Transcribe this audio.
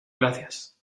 gracias